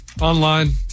Online